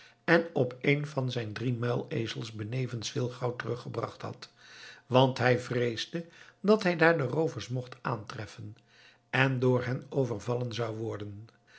en op een van zijn drie muilezels benevens veel goud teruggebracht had want hij vreesde dat hij daar de roovers mocht aantreffen en door hen overvallen zou worden